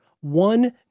one